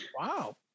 wow